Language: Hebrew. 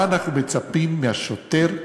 מה אנחנו מצפים מהשוטר,